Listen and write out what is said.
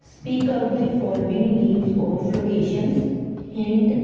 speak out the following names of locations hint